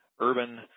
urban